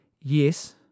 Yes